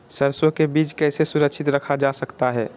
सरसो के बीज कैसे सुरक्षित रखा जा सकता है?